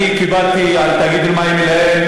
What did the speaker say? אני קיבלתי על תאגיד המים אל-עין,